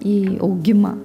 į augimą